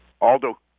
Aldo